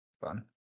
fun